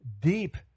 deep